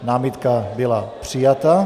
Námitka byla přijata.